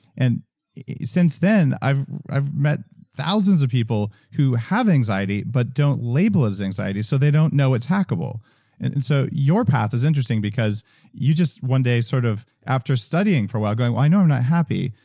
and since then, i've met met thousands of people who have anxiety, but don't label it as anxiety, so they don't know it's hackable and and so your path is interesting because you just one day sort of after studying for a while, going, well, i know i'm not happy,